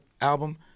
album